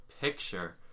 Picture